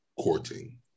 courting